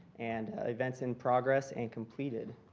and events in progress and completed.